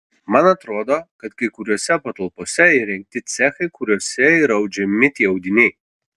man atrodo kad kai kuriose patalpose įrengti cechai kuriuose ir audžiami tie audiniai